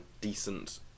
decent